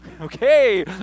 Okay